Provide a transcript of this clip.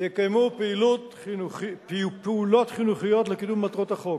יקיימו פעולות חינוכיות לקידום מטרות החוק.